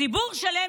ציבור שלם,